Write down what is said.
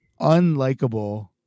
unlikable